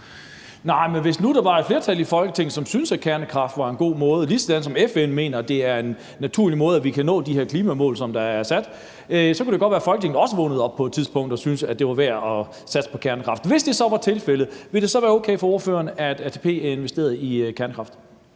flertal i Folketinget, som syntes, at kernekraft var en god måde – ligesom FN mener, at det er en naturlig måde at nå de her klimamål, som der er sat, på – så det kunne det godt være, at Folketinget også vågnede op på et tidspunkt og syntes, det var værd at satse på kernekraft. Hvis det var tilfældet, ville det så være okay for ordføreren, at ATP investerede i kernekraft?